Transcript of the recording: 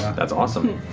that's awesome.